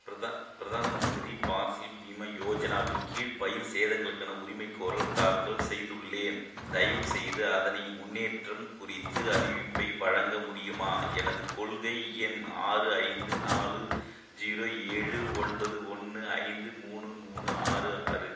பிரதான் பிரதான் மந்திரி ஃபாசில் பீம யோஜனாவின் கீழ் பயிர் சேதங்களுக்கான உரிமைகோரல் தாக்கல் செய்துள்ளேன் தயவு செய்து அதனை முன்னேற்றம் குறித்து அறிவிப்பை வழங்க முடியுமா எனது கொள்கை எண் ஆறு ஐந்து நாலு ஜீரோ ஏழு ஒன்பது ஒன்று ஐந்து மூணு மூணு ஆறு ஆறு